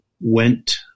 went